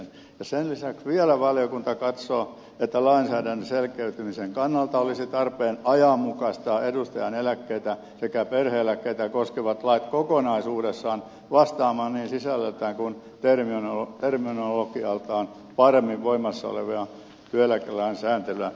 sen lisäksi vielä valiokunta katsoo että lainsäädännön selkeyden kannalta olisi tarpeen ajanmukaistaa edustajien eläkkeitä sekä perhe eläkkeitä koskevat lait kokonaisuudessaan vastaamaan niin sisällöltään kuin terminologialtaan paremmin voimassa olevan työeläkelainsäädännön sääntelyä